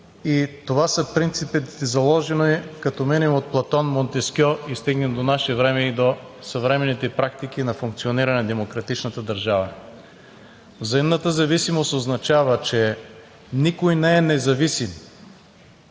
и това са принципите, заложени като минем от Платон, Монтескьо и стигнем до наше време, и до съвременните практики на функциониране на демократичната държава. Взаимната зависимост означава, че никой не е независим